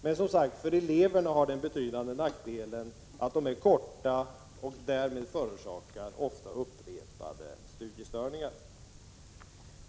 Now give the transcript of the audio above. Men för eleverna är, som sagt, den betydande nackdelen den att kurserna är korta, varför de orsakar upprepade studiestörningar.